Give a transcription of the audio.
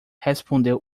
respondeu